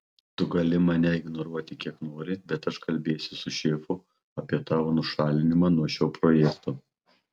tu gali mane ignoruoti kiek nori bet aš kalbėsiu su šefu apie tavo nušalinimą nuo šio projekto